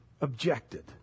objected